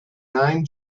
nine